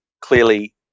clearly